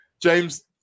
James